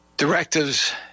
directives